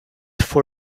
for